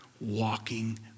walking